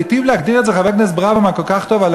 היטיב להגדיר את זה חבר הכנסת ברוורמן כל כך טוב כשדיבר